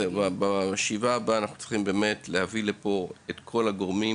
אז בישיבה הבאה אנחנו צריכים באמת להביא לכאן את כל הגורמים